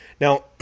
now